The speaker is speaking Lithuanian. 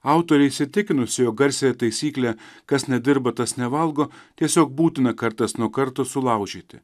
autorė įsitikinusi jog garsiąją taisyklė kas nedirba tas nevalgo tiesiog būtina kartas nuo karto sulaužyti